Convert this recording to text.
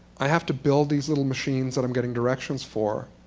i have to build these little machines, that i'm getting directions for,